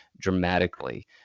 dramatically